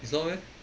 it's not meh